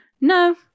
No